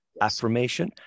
affirmation